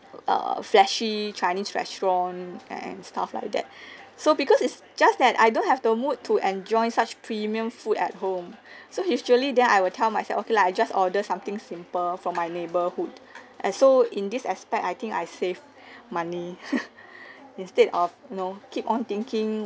err flashy chinese restaurant and stuff like that so because it's just that I don't have the mood to enjoy such premium food at home so usually then I will tell myself okay lah I just order something simple from my neighbourhood and so in this aspect I think I save money instead of you know keep on thinking